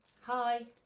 Hi